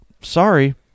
sorry